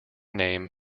name